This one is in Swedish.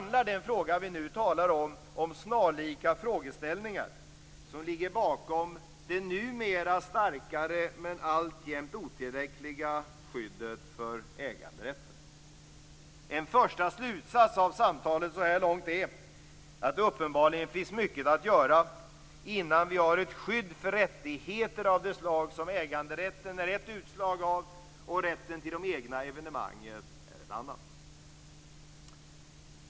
Den fråga vi nu talar om handlar om frågeställningar som är snarlika dem som ligger bakom det numera starkare men alltjämt otillräckliga skyddet för äganderätten. En första slutsats av samtalet så här långt är att det uppenbarligen finns mycket att göra innan vi har ett skydd för rättigheter såsom äganderätten och rätten till de egna evenemangen.